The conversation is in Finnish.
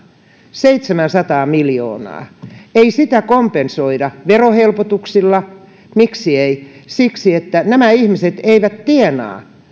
seitsemänsataa miljoonaa niin ei sitä kompensoida verohelpotuksilla miksi ei siksi että nämä ihmiset eivät tienaa